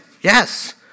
Yes